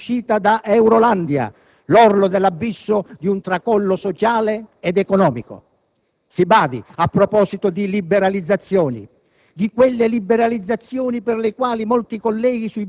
ha fermato il Paese sull'orlo dell'abisso dell'esclusione da Eurolandia, l'orlo dell'abisso di un tracollo sociale ed economico. Si badi, a proposito di liberalizzazioni,